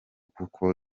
kuko